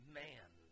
man